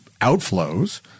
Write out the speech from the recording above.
outflows